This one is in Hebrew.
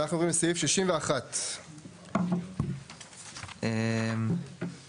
אנחנו עוברים לסעיף 61. 61(ג).